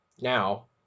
Now